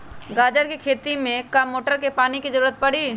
गाजर के खेती में का मोटर के पानी के ज़रूरत परी?